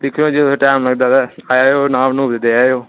ते दिक्खेओ अगर टाईम लगदा ते नाम लेई आवेओ